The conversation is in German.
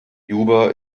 juba